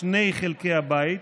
שני חלקי הבית.